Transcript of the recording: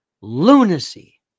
lunacy